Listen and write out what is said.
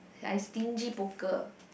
I stingy poker